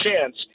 chance